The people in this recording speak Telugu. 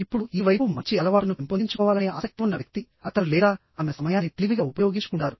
ఇప్పుడు ఈ వైపు మంచి అలవాటును పెంపొందించుకోవాలనే ఆసక్తి ఉన్న వ్యక్తి అతను లేదా ఆమె సమయాన్ని తెలివిగా ఉపయోగించుకుంటారు